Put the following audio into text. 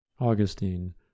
Augustine